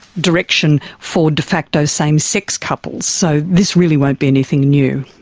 direction for de facto same-sex couples, so this really won't be anything new.